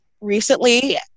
recently